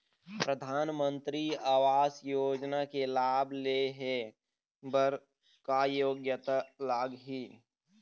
परधानमंतरी आवास योजना के लाभ ले हे बर का योग्यता लाग ही?